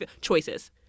Choices